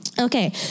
Okay